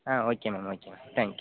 ah okay ma'am okay ma'am thank you